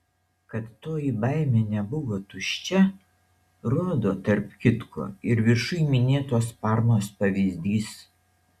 kad toji baimė nebuvo tuščia rodo tarp kitko ir viršuj minėtos parmos pavyzdys